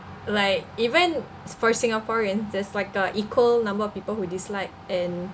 like even for singaporean there's like a equal number of people who dislike and